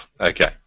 okay